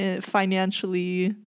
financially